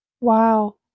Wow